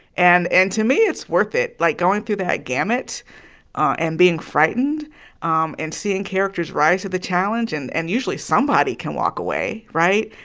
and and to me, it's worth it. like, going through that gamut and being frightened um and seeing characters rise to the challenge, and and usually somebody can walk away right?